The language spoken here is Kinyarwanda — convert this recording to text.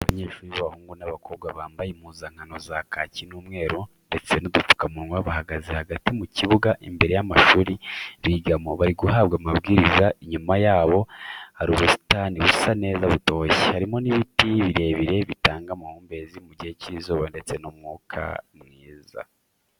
Abanyeshuri b'abahungu n'abakobwa bambaye impuzankano za kaki n'umweru ndetse n'udupfukamunwa, bahagaze hagati mu kibuga imbere y'amashuri bigamo, bari guhabwa amabwiriza, inyuma yabo hari ubusitani busa neza butoshye, harimo n'ibiti birebire bitanga amahumbezi mu gihe cy'izuba ndetse n'umwuka mwiza.